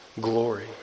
glory